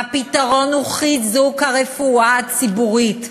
הפתרון הוא חיזוק הרפואה הציבורית.